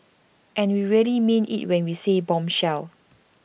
and we really mean IT when we said bombshell